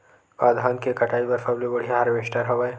का धान के कटाई बर सबले बढ़िया हारवेस्टर हवय?